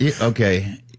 Okay